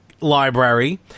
library